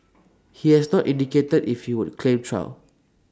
he has not indicated if he would claim trial